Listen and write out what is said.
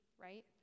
right